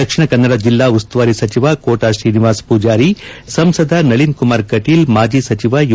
ದಕ್ಷಿಣ ಕನ್ನಡ ಜಿಲ್ಲಾ ಉಸ್ತುವಾರಿ ಸಚಿವ ಕೋಟಾ ಶ್ರೀನಿವಾಸ ಪೂಜಾರಿ ಸಂಸದ ನಳಿನ್ ಕುಮಾರ್ ಕಟೀಲ್ ಮಾಜಿ ಸಚಿವ ಯು